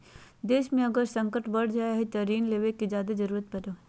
देश मे अगर संकट बढ़ जा हय तो ऋण लेवे के जादे जरूरत पड़ो हय